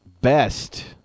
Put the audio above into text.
best